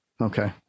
Okay